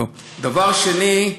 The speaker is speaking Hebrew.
דבר שני,